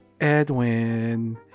Edwin